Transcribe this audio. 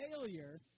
failure